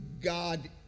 God